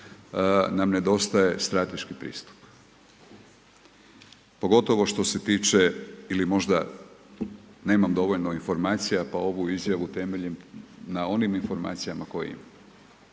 nam nedostaje strateški pristup, pogotovo što se tiče, ili možda nemam dovoljno informacija, pa ovu izjavu temeljim na onim informacijama koje imam.